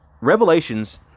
revelations